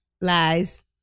Lies